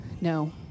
no